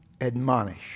admonish